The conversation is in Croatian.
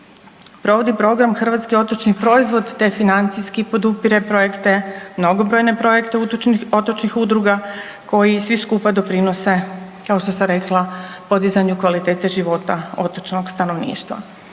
provodi program „Hrvatski otočni proizvod“, te financijski podupire projekte, mnogobrojne projekte otočnih udruga koji svi skupa doprinose, kao što sam rekla, podizanju kvalitete života otočnog stanovništva.